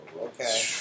Okay